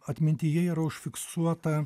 atmintyje yra užfiksuota